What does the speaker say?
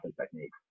techniques